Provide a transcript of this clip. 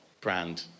brand